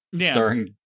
starring